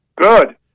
Good